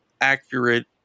accurate